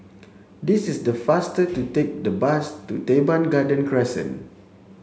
this is the faster to take the bus to Teban Garden Crescent